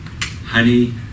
honey